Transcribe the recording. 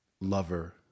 lover